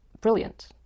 brilliant